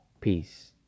Peace